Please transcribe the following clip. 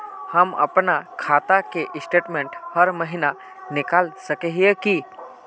हम अपना खाता के स्टेटमेंट हर महीना निकल सके है की?